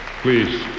Please